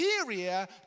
superior